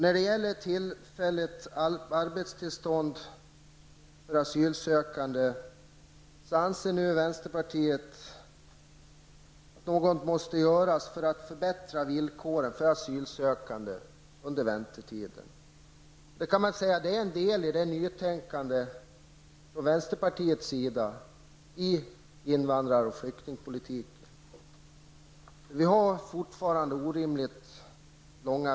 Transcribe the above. När det gäller tillfälligt arbetstillstånd för asylsökande anser vänsterpartiet att något måste göras för att förbättra villkoren för asylsökande under väntetiden. Det är en del i ett nytänkande från vänsterpartiets sida i invandrar och flyktingpolitiken. Väntetiderna är fortfarande orimligt långa.